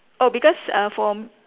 oh because err for